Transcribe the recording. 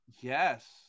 Yes